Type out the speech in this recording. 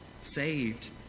saved